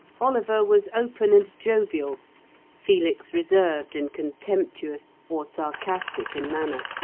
oliver was open and jovial felix reserved and contemptuous, or sarcastic in manner.